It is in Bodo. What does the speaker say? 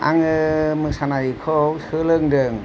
आङो मोसानायखौ सोलोंदों